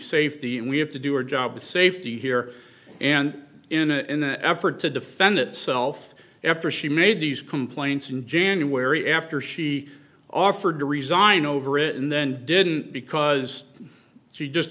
safety and we have to do our job with safety here and in an effort to defend itself after she made these complaints in january after she offered to resign over it and then didn't because she just